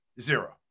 Zero